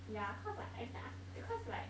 yeah cause like every time after because like